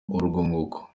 urwunguko